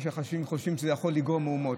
שחושב שזה יכול לגרום מהומות.